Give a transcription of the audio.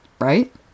Right